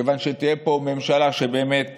מכיוון שתהיה פה ממשלה שבאמת